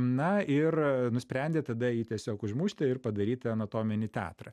na ir nusprendė tada jį tiesiog užmušti ir padaryt anatominį teatrą